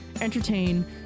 entertain